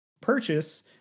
purchase